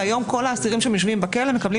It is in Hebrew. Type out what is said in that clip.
והיום כל האסירים שיושבים בכלא מקבלים